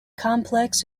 complex